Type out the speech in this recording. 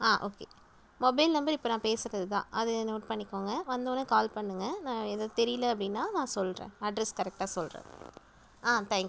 ஆ okay mobile number இப்போ நான் பேசுகிறது தான் அது நோட் பண்ணிக்கோங்க வந்தோடனே கால் பண்ணுங்கள் நான் எதாது தெரியலை அப்படின்னா நான் சொல்கிறேன் அட்ரெஸ் கரெக்ட்டாக சொல்கிறேன் ஆ தேங்க் யூ